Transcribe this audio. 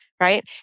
right